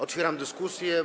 Otwieram dyskusję.